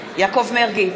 בעד יעקב מרגי,